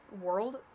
world